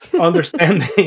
understanding